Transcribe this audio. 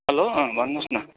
hello अँ भन्नुहोस् न